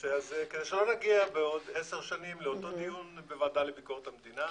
בנושא הזה כדי שלא נגיע בעוד 10 שנים לאותו דיון בוועדה לביקורת המדינה,